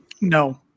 No